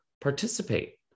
participate